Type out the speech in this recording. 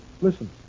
Listen